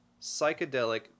psychedelic